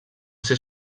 ser